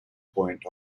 point